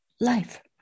life